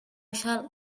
shall